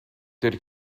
ter